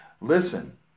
Listen